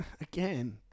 again